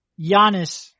Giannis